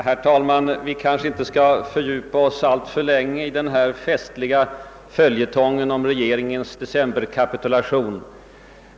Herr talman! Vi kanske inte skall fördjupa oss alltför mycket i den här festliga följetongen om regeringens decemberkapitulation.